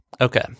Okay